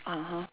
(uh huh)